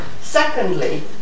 secondly